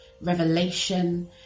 revelation